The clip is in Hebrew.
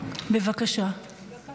הבן אומר: זה לא אני,